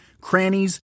crannies